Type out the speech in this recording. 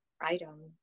item